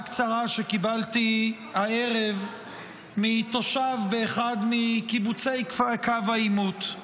קצרה שקיבלתי הערב מתושב באחד מקיבוצי קו העימות: